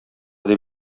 дип